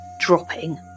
dropping